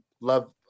love